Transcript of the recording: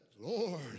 Lord